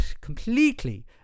completely